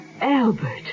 Albert